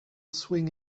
swing